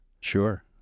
Sure